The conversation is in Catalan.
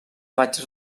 vaig